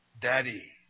Daddy